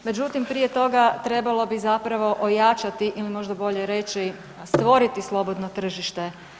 Međutim, prije toga trebalo bi zapravo ojačati ili možda bolje reći stvoriti slobodno tržište.